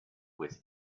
with